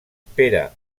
pere